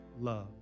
love